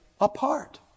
apart